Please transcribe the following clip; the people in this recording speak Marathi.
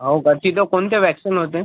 हो का तिथं कोणत्या वॅक्सिन होते